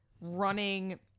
running